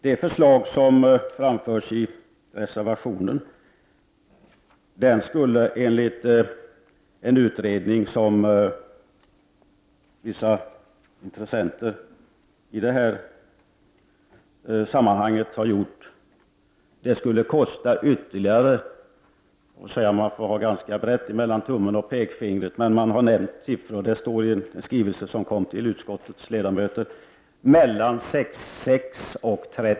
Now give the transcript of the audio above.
Det förslag som framförs i reservationen skulle enligt en utredning som vissa intressenter i detta sammanhang har genomfört kosta ytterligare 6—35 milj.kr. Man får ha ganska brett mellan tummen och pekfingret, men dessa siffror nämns i en skrivelse som kom till utskottets ledamöter.